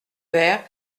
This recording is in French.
vert